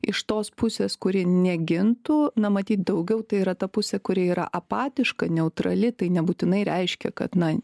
iš tos pusės kuri negintų na matyt daugiau tai yra ta pusė kuri yra apatiška neutrali tai nebūtinai reiškia kad na